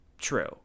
true